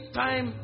time